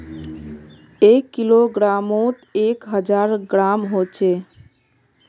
एक किलोग्रमोत एक हजार ग्राम होचे